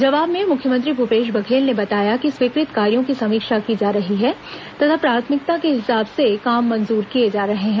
जवाब में मुख्यमंत्री भूपेश बघेल ने बताया कि स्वीकृत कार्यो की समीक्षा की जा रही है तथा प्राथमिकता के हिसाब से काम मंजूर किए जा रहे हैं